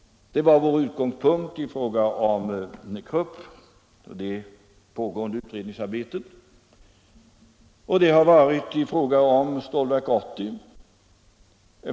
Det var vår utgångspunkt i fråga om Krupp och det pågående utredningsarbetet, och det har varit vår hantering i fråga om Stålverk 80.